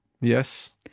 yes